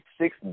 Six